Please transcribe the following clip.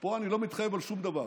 פה אני לא מתחייב על שום דבר.